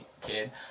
kid